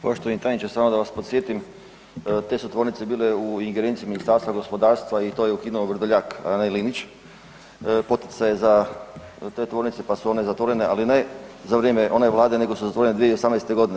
Poštovani tajniče samo da vas podsjetim, te su tvornice bile u ingerenciji Ministarstva gospodarstva i to je ukinuo Vrdoljak, a ne Linić, poticaj za te tvornice pa su one zatvorene, ali ne za vrijeme one vlade nego su zatvorene 2018. godine.